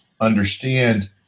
understand